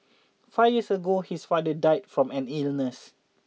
five years ago his father died from an illness